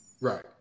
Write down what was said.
Right